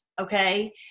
Okay